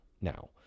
now